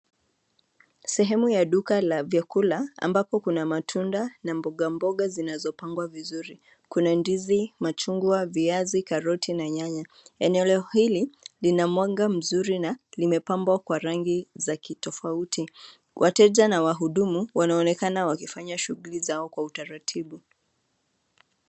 Sehemu ya duka la vyakula ambapo kuna matunda na mboga mboga zinazopangwa vizuri . Kuna ndizi, machungwa, viazi, karoti na nyanya. Eneo hili lina mwanga mzuri na limepambwa kwa rangi za kitofauti . Wateja na wahudumu wanaonekana wakifanya shughuli zao kwa utaratibu.